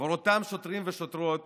עבור אותם שוטרים ושוטרות